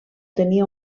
tenia